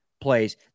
plays